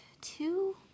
two